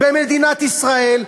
במדינת ישראל,